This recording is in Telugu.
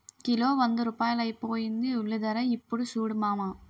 కిలో వంద రూపాయలైపోయింది ఉల్లిధర యిప్పుడు సూడు మావా